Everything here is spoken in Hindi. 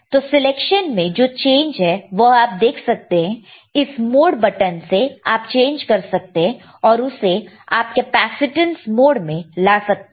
तो सिलेक्शन में जो चेंज है वह आप देख सकते हैं इस मोड बटन से आप चेंज कर सकते हैं और उसे आपक कैपेसिटेंस मोड में ला सकते हैं